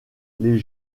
les